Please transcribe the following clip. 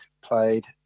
played